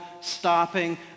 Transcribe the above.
stopping